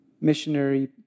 missionary